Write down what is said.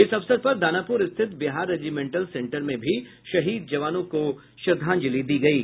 इस अवसर पर दानापुर स्थित बिहार रेजिमेंटल सेंटर में भी शहीद जवानों को श्रद्धांजलि दी गयी